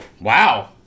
Wow